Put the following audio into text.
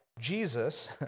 Jesus